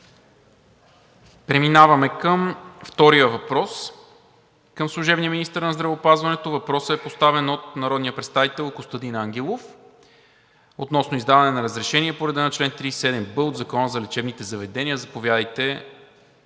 Преминаваме към втория въпрос към служебния министър на здравеопазването. Въпросът е поставен от народния представител Костадин Ангелов относно издаване на разрешение по реда на чл. 37б от Закона за лечебните заведения. Заповядайте,